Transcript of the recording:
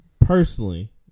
personally